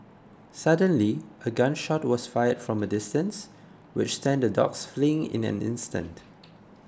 suddenly a gun shot was fired from a distance which sent the dogs fleeing in an instant